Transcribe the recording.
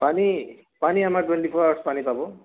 পানী পানী আমাৰ টুৱেণ্টি ফ'ৰ আৱাৰ্ছ পানী পাব